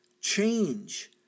change